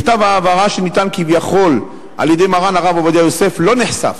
מכתב ההבהרה שניתן כביכול על-ידי מרן הרב עובדיה יוסף לא נחשף,